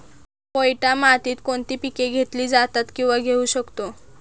पोयटा मातीत कोणती पिके घेतली जातात, किंवा घेऊ शकतो?